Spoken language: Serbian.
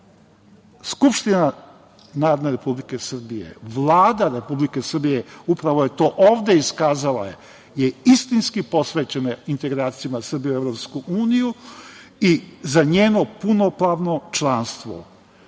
Skupština Republike Srbije, Vlada Republike Srbije upravo je to ovde iskazala da je istinski posvećena integracijama Srbije u EU i za njeno punopravno članstvo.